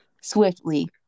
Swiftly